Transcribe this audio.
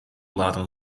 laten